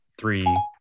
Three